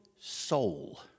soul